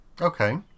Okay